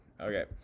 Okay